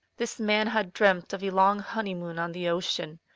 this man had dreamt of a long honeymoon on the ocean.